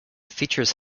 features